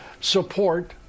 support